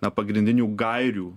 na pagrindinių gairių